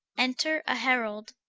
enter a herald.